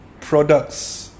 products